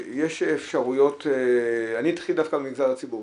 יש אפשרויות אני אתחיל דווקא מהמגזר הציבורי.